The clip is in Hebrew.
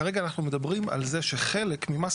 כרגע אנחנו מדברים על זה שחלק ממס